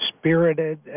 spirited